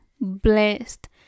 blessed